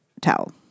towel